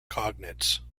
cognates